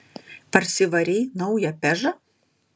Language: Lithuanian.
parsivarei naują pežą